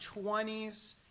20s